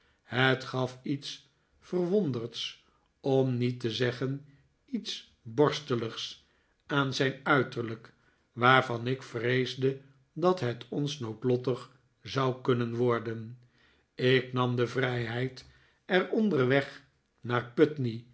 het gaf iets verwonderds om niet te zeggen iets borsteligs aan zijn uiterlijk waarvan ik vreesde dat het ons noodlottig zou kunnen worden ik nam de vrijheid er onderweg naar putney